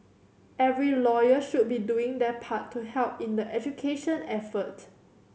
every lawyer should be doing their part to help in the education effort